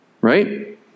right